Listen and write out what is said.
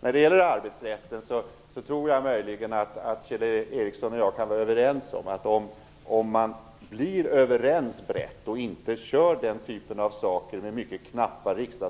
När det gäller arbetsrätten tror jag att Kjell Ericsson och jag möjligen kan vara ense om att om man blir överens på rätt sätt och inte med knappa riksdagsmajoriteter